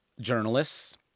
journalists